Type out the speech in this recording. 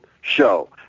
show